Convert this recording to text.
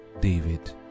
David